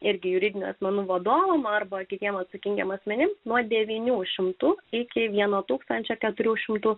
ir juridinių asmenų vadovams arba kitiems atsakingiems asmenims nuo devynių šimtų iki vieno tūkstančio keturių šimtų